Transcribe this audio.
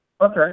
Okay